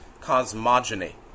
cosmogony